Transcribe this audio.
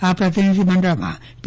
આ પ્રતિનિધિમંઢલમાં પી